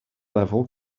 level